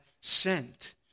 sent